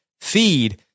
feed